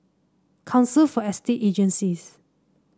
Council for Estate Agencies